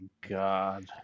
God